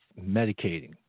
medicating